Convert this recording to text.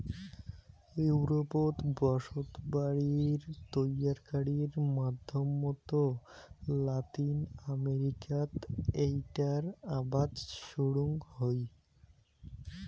ইউরোপত বসতবাড়ি তৈয়ারকারির মাধ্যমত লাতিন আমেরিকাত এ্যাইটার আবাদ শুরুং হই